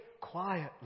quietly